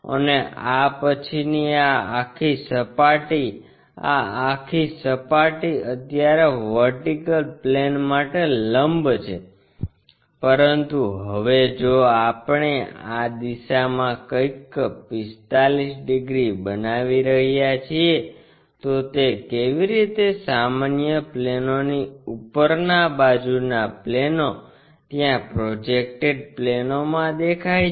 અને આ પછીની આ આખી સપાટી આ આખી સપાટી અત્યારે વર્ટિકલ પ્લેન માટે લંબ છે પરંતુ હવે જો આપણે આ દિશામાં કંઈક 45 ડિગ્રી બનાવી રહ્યા છીએ તો તે કેવી રીતે સામાન્ય પ્લેનોની ઉપરના બાજુના પ્લેનો ત્યાં પ્રોજેકટેડ પ્લેનોમાં દેખાય છે